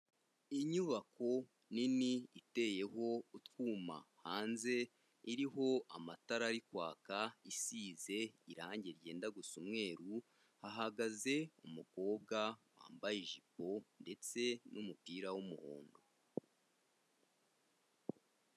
Inyubako nini iteyeho utwuma hanze, iriho amatara ari kwaka, isize irangi ryenda gusa umweru, hahagaze umukobwa wambaye ijipo ndetse n'umupira w'umuhondo.